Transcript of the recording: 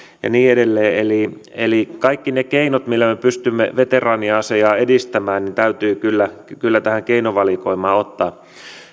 ja niin edelleen eli eli kaikki ne keinot millä me pystymme veteraanien asiaa edistämään täytyy kyllä kyllä tähän keinovalikoimaan ottaa